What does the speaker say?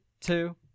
two